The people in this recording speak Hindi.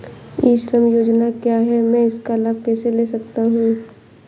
ई श्रम योजना क्या है मैं इसका लाभ कैसे ले सकता हूँ?